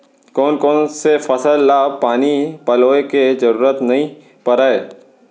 कोन कोन से फसल ला पानी पलोय के जरूरत नई परय?